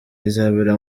izabera